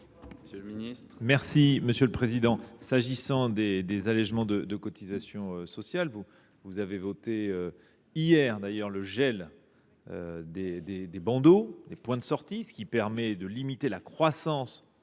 monsieur le ministre,